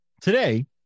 today